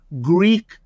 Greek